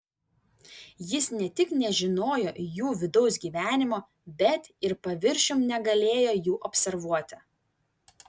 jis ne tik nežinojo jų vidaus gyvenimo bet ir paviršium negalėjo jų observuoti